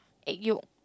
egg yolk